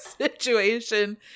situation